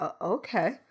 okay